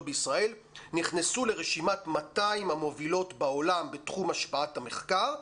בישראל נכנסו לרשימת 200 המובילות בעולם בתחום השפעת המחקר.